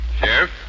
Sheriff